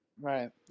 right